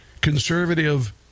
Conservative